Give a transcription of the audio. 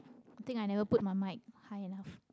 i think i never put my mic high enough